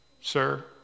Sir